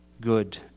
good